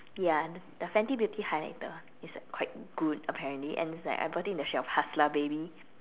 ya the fenty beauty highlighter it's quite good apparently and it's like I bought in the shade of hustler baby